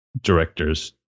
directors